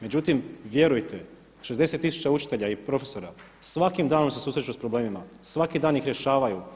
Međutim vjerujte, 60 tisuća učitelja i profesora svakim danom se susreću s problemima, svaki dan ih rješavaju.